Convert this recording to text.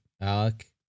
Alec